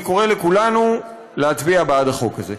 אני קורא לכולנו להצביע בעד החוק הזה.